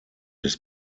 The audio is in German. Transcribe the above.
des